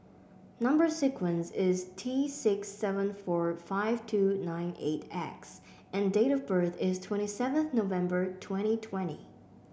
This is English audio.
number sequence is T six seven four five two nine eight X and date of birth is twenty seven November twenty twenty